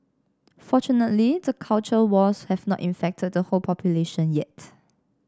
fortunately the culture wars have not infected the whole population yet